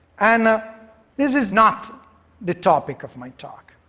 and this is not the topic of my talk,